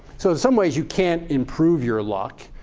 so some ways you can't improve your luck.